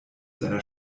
seiner